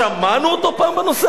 שמענו אותו פעם בנושא הזה?